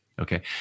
Okay